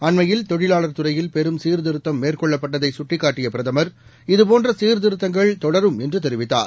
அண்மையில் தொழிலாளர் துறையில் பெரும் சீர்திருத்தம் மேற்கொள்ளப்பட்டதை கட்டிக்காட்டிய பிரதமர் இதுபோன்ற சீர்திருத்தங்கள் தொடரும் என்றும் தெரிவித்தார்